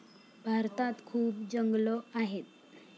भारतात खूप जंगलं आहेत